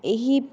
ଏହି